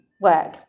work